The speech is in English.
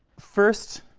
first